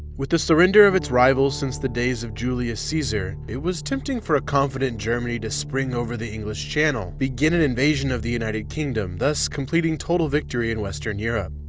with the surrender of its rival since the days of julius caesar, it was tempting for a confident germany to spring over the english channel, begin an invasion of the united kingdom, thus completing total victory in western europe.